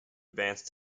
advance